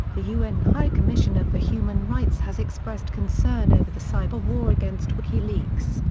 the un high commissioner for human rights has expressed concern over the cyber war against wikileaks,